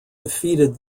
defeated